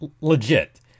legit